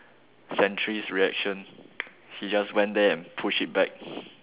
sentry's reaction he just went there and push it back